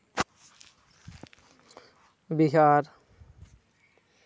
Bihar